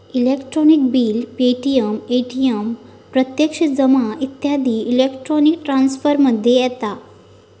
electronic bill payment, ATM प्रत्यक्ष जमा इत्यादी इलेक्ट्रॉनिक ट्रांसफर मध्ये येता